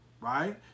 right